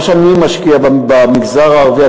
מה שאני משקיע במגזר הערבי,